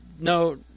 no